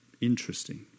Interesting